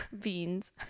beans